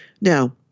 Now